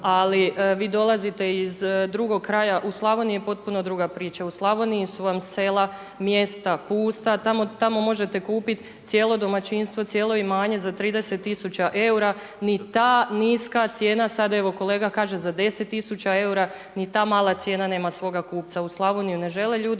ali vi dolazite iz drugog kraja, u Slavoniji je potpuno druga priča. U Slavoniji su vam sela, mjesta pusta, tamo možete kupiti cijelo domaćinstvo, cijelo imanje za 30 tisuća eura, ni ta niska cijena sada evo kolega kaže za 10 tisuća eura ni ta mala cijena nema svoga kupca, u Slavoniju